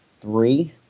three